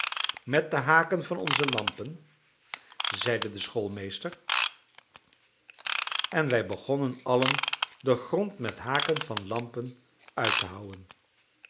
met de haken van onze lampen zeide de schoolmeester en wij begonnen allen den grond met de haken van de lampen uit te houwen